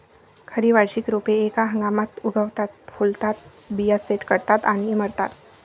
खरी वार्षिक रोपे एका हंगामात उगवतात, फुलतात, बिया सेट करतात आणि मरतात